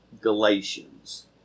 Galatians